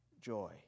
joy